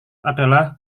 adalah